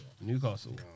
Newcastle